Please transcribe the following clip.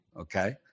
okay